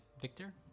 Victor